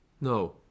No